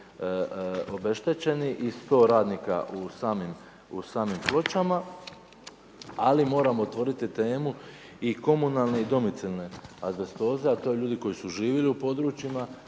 obeštećeni i 100 radnika u samim pločama. Ali moramo otvoriti temu i komunalne i domicilne azbestoze, a to su ljudi koji su živjeli u područjima